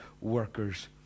workers